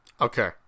Okay